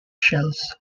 shells